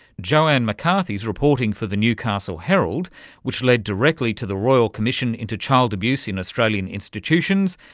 joanne mccarthy's reporting for the newcastle herald which led directly to the royal commission into child abuse in australian institutions,